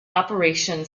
operation